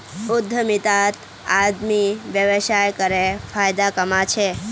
उद्यमितात आदमी व्यवसाय करे फायदा कमा छे